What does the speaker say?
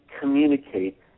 communicate